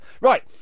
Right